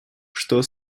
что